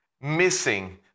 missing